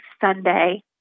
Sunday